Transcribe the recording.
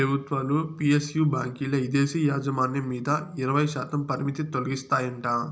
పెబుత్వాలు పి.ఎస్.యు బాంకీల్ల ఇదేశీ యాజమాన్యం మీద ఇరవైశాతం పరిమితి తొలగిస్తాయంట